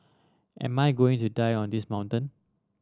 am I going to die on this mountain